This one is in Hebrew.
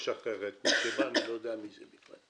לשחרר מי שבא, אני לא יודע מי זה בכלל.